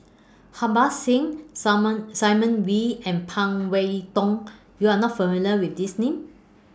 Harbans Singh Simon Wee and Phan Wait Hong YOU Are not familiar with These Names